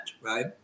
right